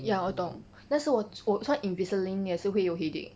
ya 我懂那时我我穿 invisalign 也是会有 headache